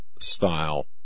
style